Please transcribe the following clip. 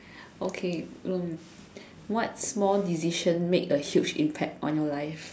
okay um what small decision made a huge impact on your life